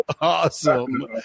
awesome